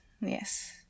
Yes